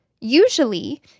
usually